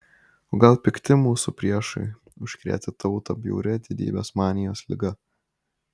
o gal pikti mūsų priešai užkrėtė tautą bjauria didybės manijos liga